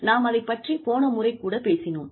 நாம் அதை பற்றிப் போன முறை கூட பேசினோம்